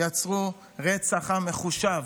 יצרו רצח עם מחושב,